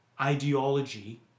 ideology